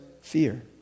fear